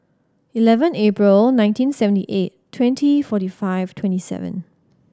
eleven April nineteen seventy eight twenty forty five twenty seven